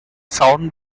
sound